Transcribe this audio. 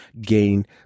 gain